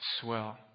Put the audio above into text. swell